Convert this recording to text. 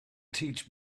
teach